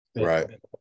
Right